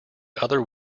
other